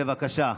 בבקשה.